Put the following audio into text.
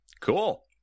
Cool